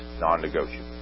non-negotiable